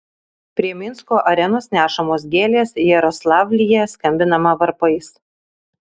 prie minsko arenos nešamos gėlės jaroslavlyje skambinama varpais